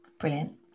Brilliant